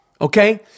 Okay